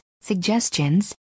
suggestions